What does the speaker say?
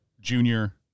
junior